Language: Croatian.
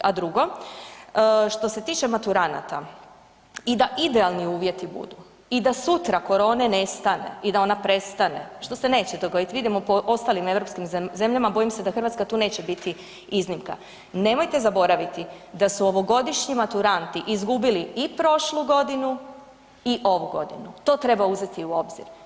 A drugo, što se tiče maturanata i da idealni uvjeti budu i da sutra korone nestane i da ona prestane što se neće dogoditi, vidimo po ostalim europskim zemljama, bojim se da Hrvatska tu neće biti iznimka, nemojte zaboraviti da su ovogodišnji maturanti izgubili i prošlu godinu i ovu godinu, to treba uzeti u obzir.